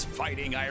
fighting